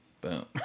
Boom